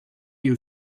you